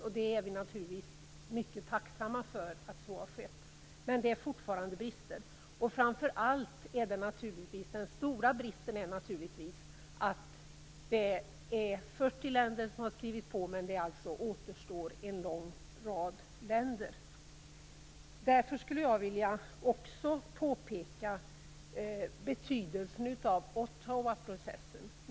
Vi är självfallet mycket tacksamma för att så har skett, men det finns fortfarande brister. Den stora bristen är naturligtvis att det, trots att 40 länder skrivit på, återstår en lång rad länder. Jag skulle därför också vilja påpeka betydelsen av Ottawaprocessen.